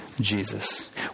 Jesus